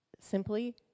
Simply